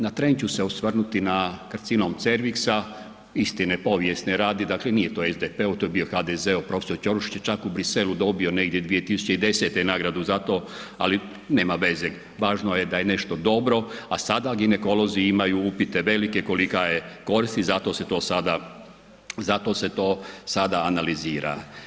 Na tren ću se osvrnuti na karcinom cerviksa, istine povijesne radi, dakle nije SDP-ov, to je bio HDZ-ov prof. Ćolušić je čak u Bruxellesu dobio negdje 2010. nagradu za to ali nema veze, važno je da je nešto dobro a sada ginekolozi imaju upite velike kolika je korist i zato se to sada analizira.